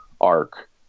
arc